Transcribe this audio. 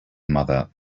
mother